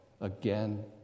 again